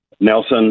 Nelson